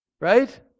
Right